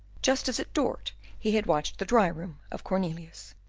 just as at dort he had watched the dry-room of cornelius.